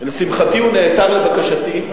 לשמחתי הוא נעתר לבקשתי,